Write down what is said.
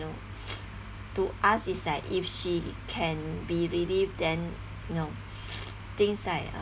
to us he said if she can be ready then you know things like